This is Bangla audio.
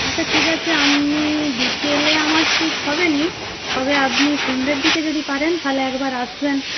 আচ্ছা ঠিক আছে আপনি বিকেলে আমার ঠিক হবে না তবে আপনি সন্ধ্যের দিকে যদি পারেন তাহলে একবার আসবেন